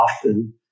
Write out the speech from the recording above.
often